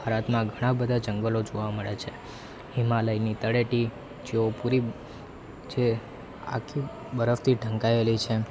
ભારતમાં ઘણાં બધાં જંગલો જોવા મળે છે હિમાલયની તળેટી જેઓ પૂરી જે આખી બરફથી ઢંકાયેલિ છે